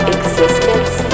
Existence